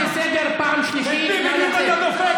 שים את העוזרת המוסלמית שלך.